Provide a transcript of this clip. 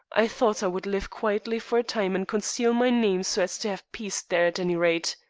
i thought i would live quietly for a time and conceal my name so as to have peace there at any rate.